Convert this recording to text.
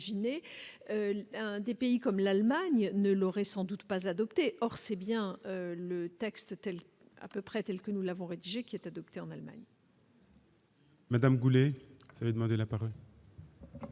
des pays comme l'Allemagne ne l'aurait sans doute pas adoptée, or c'est bien le texte telle à peu près, telle que nous l'avons rédigée qui est adoptée en Allemagne. Madame Goulet demandé la parole.